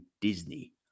Disney